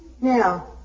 Now